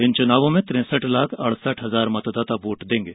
इन चुनावों में तिरेसठ लाख अड़सठ हजार मतदाता वोट देंगे